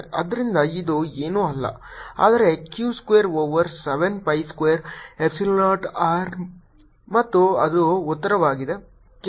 ಆದ್ದರಿಂದ ಇದು ಏನೂ ಅಲ್ಲ ಆದರೆ Q square over 7 pi square epsilon 0 r ಮತ್ತು ಅದು ಉತ್ತರವಾಗಿದೆ